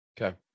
Okay